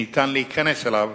שניתן להיכנס אליו